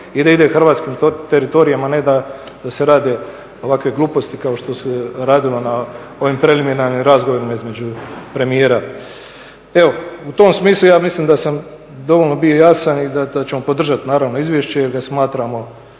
i da ide hrvatskim teritorijem, a ne da se rade ovakve gluposti kao što se radilo na ovim preliminarnim razgovorima između premijera. Evo, u tom smislu ja mislim da sam dovoljno bio jasan i da ćemo podržat naravno izvješće jer ga smatramo